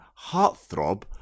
heartthrob